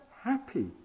happy